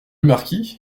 marquis